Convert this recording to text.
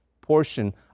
portion